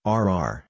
rr